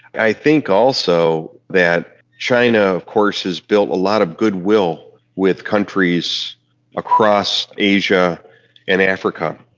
i think also that china of course has built a lot of goodwill with countries across asia and africa,